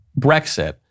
Brexit